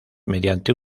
mediante